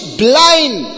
blind